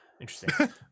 Interesting